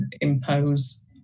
impose